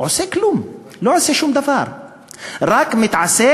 לא עושה כלום, לא עושה שום דבר, רק מתעסקת,